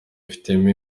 yifitemo